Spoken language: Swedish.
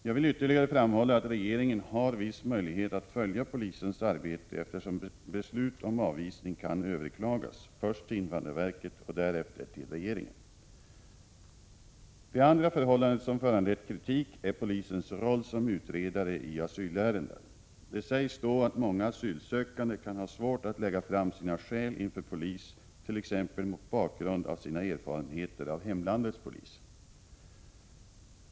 Jag vill ytterligare framhålla att regeringen har viss möjlighet att följa polisens arbete eftersom beslut om avvisning kan överklagas, först till invandrarverket och därefter till regeringen. Det andra förhållandet som föranlett kritik är polisens roll som utredare i asylärenden. Det sägs då att många asylsökande kan ha svårt att lägga fram sina skäl inför polis, t.ex. mot bakgrund av sina erfarenheter av hemlandets polis.